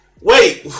Wait